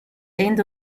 end